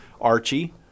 Archie